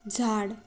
झाड